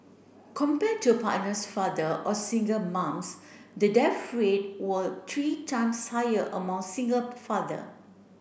compare to partners father or single moms the death rate were three times higher among single father